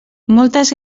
moltes